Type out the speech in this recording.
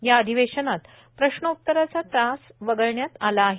या अधिवेशनात प्रश्न उतराचा तास वगळण्यात आला आहे